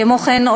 כמו כן,